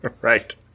Right